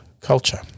culture